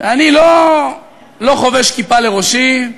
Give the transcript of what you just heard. אני לא חובש כיפה לראשי,